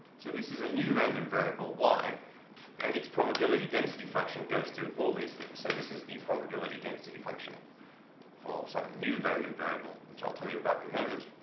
so this is a new random variable y and its probability density function goes through all these things. so this is the probability density function for some new random variable, which i'll tell you about in a moment,